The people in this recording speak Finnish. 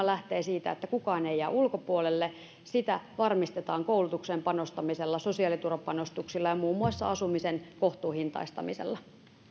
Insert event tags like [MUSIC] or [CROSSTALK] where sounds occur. [UNINTELLIGIBLE] lähtee siitä että kukaan ei jää ulkopuolelle sitä varmistetaan koulutukseen panostamisella sosiaaliturvapanostuksilla ja muun muassa asumisen kohtuuhintaistamisella